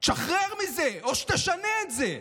תשחרר מזה או שתשנה את זה.